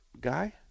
guy